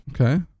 Okay